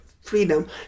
freedom